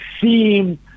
seem